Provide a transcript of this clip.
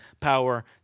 power